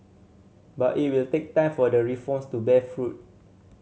but it will take time for the reforms to bear fruit